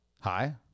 Hi